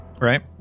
Right